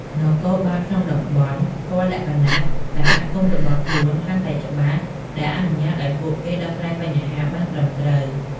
នគរបាលក្នុងតំបន់ ស្គាល់លក្ខណៈសហគមន៍របស់ខ្លួនកាន់តែច្បាស់ ដែលអនុញ្ញាតឱ្យពួកគេដោះស្រាយបញ្ហាបានត្រឹមត្រូវ។